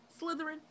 Slytherin